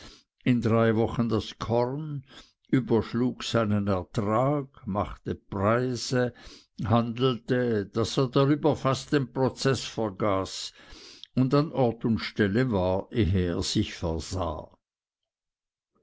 in drei wochen das korn überschlug seinen ertrag machte preise handelte daß er darüber fast den prozeß vergaß und an ort und stelle war ehe er es sich versah